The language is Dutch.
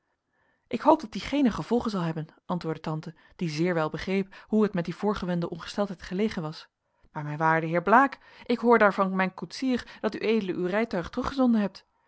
ik hoop dat die geene gevolgen zal hebben antwoordde tante die zeer wel begreep hoe het met die voorgewende ongesteldheid gelegen was maar mijn waarde heer blaek ik hoor daar van mijn koetsier dat ued uw rijtuig teruggezonden hebt